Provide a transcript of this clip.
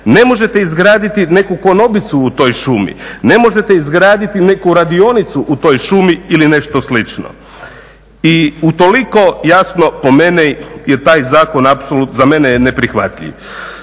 Ne možete izgraditi neku konobicu u toj šumi, ne možete izgraditi neku radionicu u toj šumi ili nešto slično. I utoliko jasno po meni je taj zakon apsolutno, za mene je neprihvatljiv.